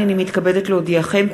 הנני מתכבדת להודיעכם,